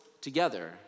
together